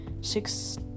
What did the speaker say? six